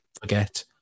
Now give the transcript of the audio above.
forget